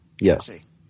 Yes